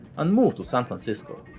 and moved to san francisco.